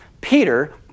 Peter